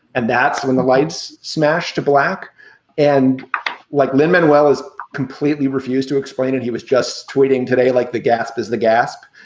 and that's when the lights smash to black and like lindman, well, is completely refused to explain it. he was just tweeting today like the gasp is the gasp.